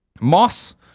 Moss